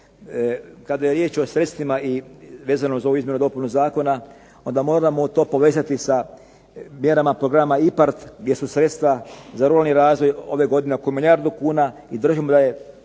Kada je riječ o sredstvima i vezano uz ovu izmjenu dopune zakona onda moramo to povezati sa mjerama programa IPARD gdje su sredstva za ruralni razvoj ove godine oko milijardu kuna i držimo da je